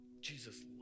Jesus